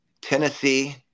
Tennessee